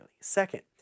Second